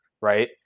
right